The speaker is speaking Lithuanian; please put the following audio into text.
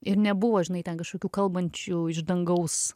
ir nebuvo žinai ten kažkokių kalbančių iš dangaus